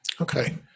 Okay